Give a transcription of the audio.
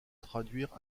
traduire